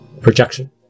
projection